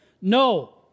no